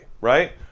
right